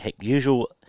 usual